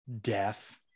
death